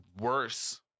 worse